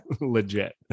legit